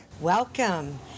Welcome